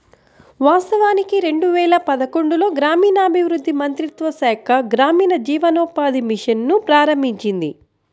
వాస్తవానికి రెండు వేల పదకొండులో గ్రామీణాభివృద్ధి మంత్రిత్వ శాఖ గ్రామీణ జీవనోపాధి మిషన్ ను ప్రారంభించింది